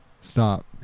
Stop